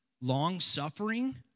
long-suffering